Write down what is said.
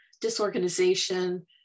disorganization